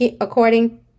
according